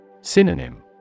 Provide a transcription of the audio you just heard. Synonym